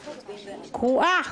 קרועה.